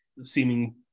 Seeming